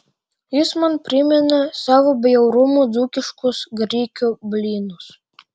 jis man primena savo bjaurumu dzūkiškus grikių blynus